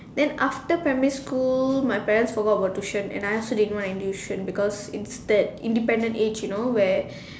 then after primary school my parents forgot about tuition and I also didn't want any tuition because instead independent age you know where